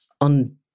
on